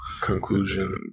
conclusion